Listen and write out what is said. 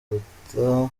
guta